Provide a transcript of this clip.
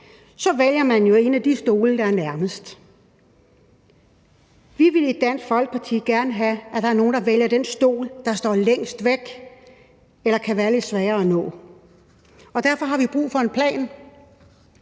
Så vælger man jo en af de stole, der er nærmest. Vi vil i Dansk Folkeparti gerne have, at der er nogle, der vælger den stol, der står længst væk, eller som kan være lidt sværere at nå, og derfor har vi brug for en plan.